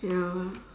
ya lah